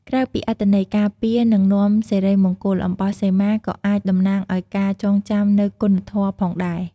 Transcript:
ក្រៅពីអត្ថន័យការពារ និងនាំសិរីមង្គល អំបោះសីមាក៏អាចតំណាងឲ្យការចងចាំនូវគុណធម៌ផងដែរ។